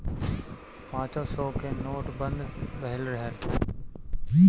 पांचो सौ के नोट बंद भएल रहल